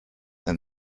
than